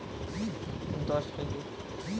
গম চাষে প্রতি একরে কত কিলোগ্রাম ইউরিয়া জমিতে দিতে হয়?